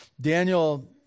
Daniel